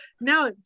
now